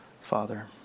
Father